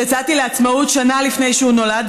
יצאתי לעצמאות שנה לפני שהוא נולד,